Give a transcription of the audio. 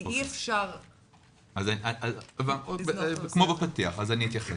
כי אי אפשר לסגור את הנושא הזה.